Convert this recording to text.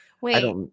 Wait